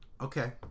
okay